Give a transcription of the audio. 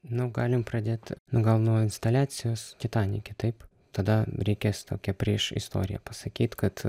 nu galim pradėti gal nuo instaliacijos titanike taip tada reikės tokią prieš istoriją pasakyt kad